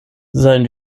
seien